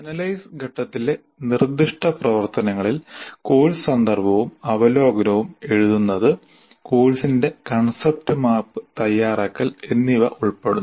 analyse ഘട്ടത്തിലെ നിർദ്ദിഷ്ട പ്രവർത്തനങ്ങളിൽ കോഴ്സ് സന്ദർഭവും അവലോകനവും എഴുതുന്നത് കോഴ്സിന്റെ കൺസെപ്റ്റ് മാപ്പ് തയ്യാറാക്കൽ എന്നിവ ഉൾപ്പെടുന്നു